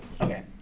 okay